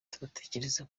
turatekereza